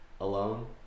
alone